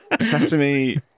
Sesame